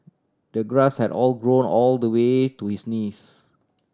the grass had all grown all the way to his knees